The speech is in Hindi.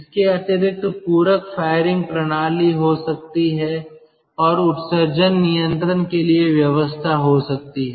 इसके अतिरिक्त पूरक फायरिंग प्रणाली हो सकती है और उत्सर्जन नियंत्रण के लिए व्यवस्था हो सकती है